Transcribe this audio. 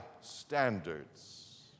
standards